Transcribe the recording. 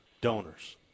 donors